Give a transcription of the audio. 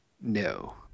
no